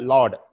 Lord